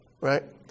right